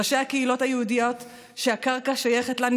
ראשי הקהילות היהודיות שהקרקע שייכת להן,